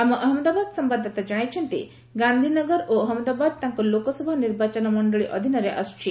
ଆମ ଅହଞ୍ଚଳଦାବାଦ ସମ୍ଭାଦଦାତା ଜଣାଇଛନ୍ତି ଗାନ୍ଧୀନଗର ଓ ଅହନ୍ମଦାବାଦ ତାଙ୍କ ଲୋକସଭା ନିର୍ବାଚନ ମଣ୍ଡଳୀ ଅଧୀନରେ ଆସୁଛି